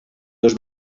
dos